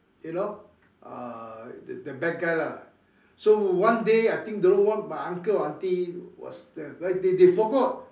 you know uh the the bad guy lah so one day I think don't know what my uncle or auntie was there well they they forget